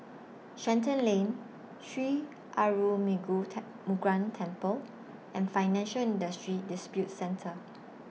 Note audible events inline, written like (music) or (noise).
Shenton Lane Sri Arulmigu (unintelligible) Murugan Temple and Financial Industry Disputes Center